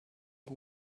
who